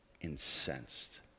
incensed